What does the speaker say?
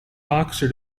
boxer